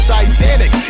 Titanic